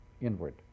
inward